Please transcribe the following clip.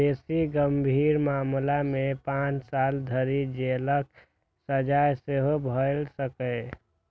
बेसी गंभीर मामला मे पांच साल धरि जेलक सजा सेहो भए सकैए